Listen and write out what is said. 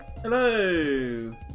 Hello